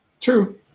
True